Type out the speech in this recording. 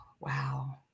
Wow